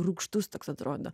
rūgštus toks atrodo